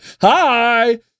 Hi